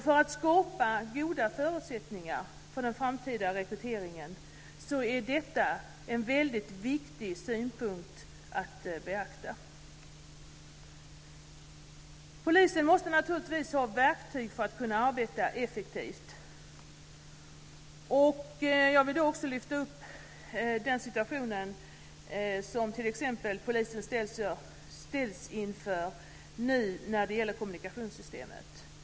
För att skapa goda förutsättningar för den framtida rekryteringen är detta en väldigt viktig synpunkt att beakta. Polisen måste naturligtvis ha verktyg för att kunna arbeta effektivt. Jag vill i det sammanhanget lyfta fram den situation som polisen nu ställs inför när det gäller t.ex. kommunikationssystemet.